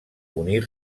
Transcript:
unir